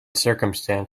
circumstance